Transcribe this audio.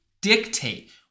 dictate